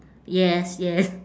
yes yes